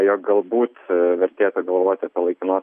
jog galbūt vertėtų galvot apie laikinos